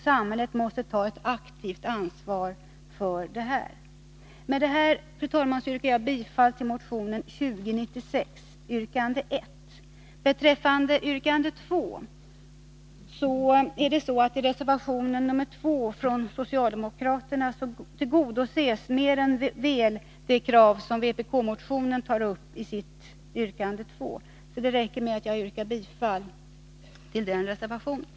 Samhället måste ta ett aktivt ansvar för detta. Med detta, fru talman, yrkar jag bifall till motion 2096, yrkande 1. Beträffande yrkande 2 vill jag säga att detta mer än väl tillgodoses i reservation 2 från socialdemokraterna, varför det räcker med att jag i den delen yrkar bifall till reservation 2.